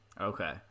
Okay